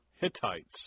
Hittites